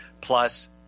Plus